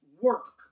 work